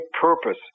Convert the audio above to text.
purpose